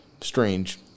strange